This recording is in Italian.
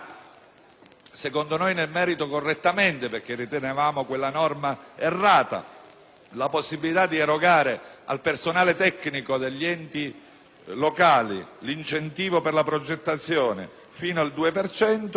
(secondo noi nel merito correttamente, perché ritenevamo quella norma errata) di erogare al personale tecnico degli enti locali l'incentivo per la progettazione fino al 2